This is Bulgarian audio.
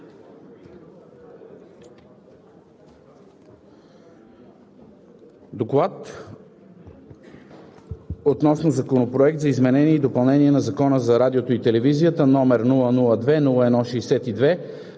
„Доклад относно Законопроект за изменение и допълнение на Закона за радиото и телевизията“.